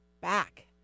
back